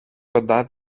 κοντά